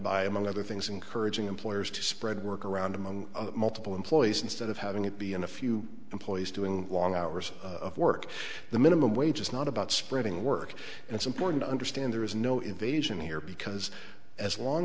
by among other things encouraging employers to spread work around among multiple employees instead of having it be in a few employees doing long hours of work the minimum wage is not about spreading work and it's important to understand there is no evasion here because as long